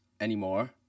anymore